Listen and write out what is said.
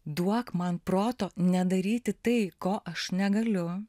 duok man proto nedaryti tai ko aš negaliu